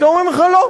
פתאום אומרים לך: לא,